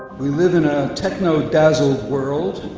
we live in a techno-dazzled world,